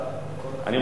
אני רוצה להודות,